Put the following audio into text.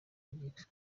bagira